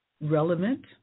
relevant